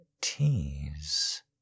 tease